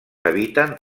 habiten